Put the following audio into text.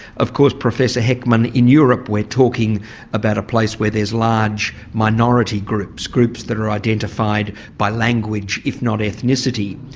of course, professor heckmann, in europe we're talking about a place where there's large minority groups, groups that are identified by language if not ethnicity.